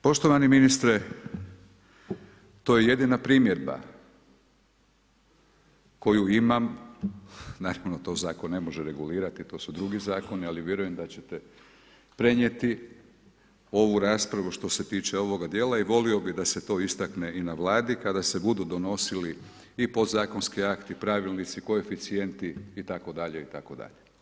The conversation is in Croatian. Poštovani ministre to je jedina primjedba koju imam naravno to zakon ne može regulirati, to su drugi zakoni, ali vjerujem da ćete prenijeti ovu raspravu što se tiče ovoga dijela i volio bi da se to istakne i na vladi kada se budu donesli i podzakonski akti, pravilnici, koeficijenti itd., itd.